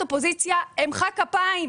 במקצוע וגם לא בטוח לעבוד בו.